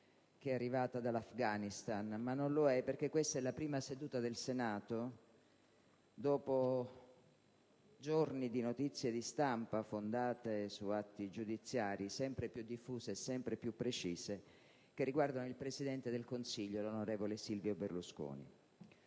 che è arrivata dall'Afghanistan, ma non lo è perché questa è la prima seduta del Senato dopo giorni di notizie di stampa, fondate su atti giudiziari, sempre più diffuse e precise, che riguardano il presidente del Consiglio, l'onorevole Silvio Berlusconi.